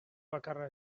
bakarra